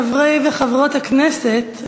חברי וחברות הכנסת,